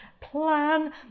Plan